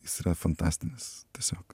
jis yra fantastinis tiesiog